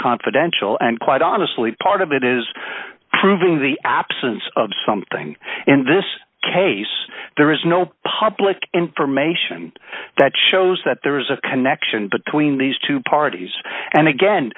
confidential and quite honestly part of it is proving the absence of something in this case there is no public information that shows that there is a connection between these two parties and again